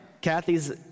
Kathy's